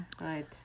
right